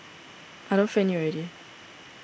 I don't friend you already